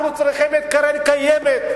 אנחנו צריכים את הקרן הקיימת,